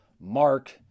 Mark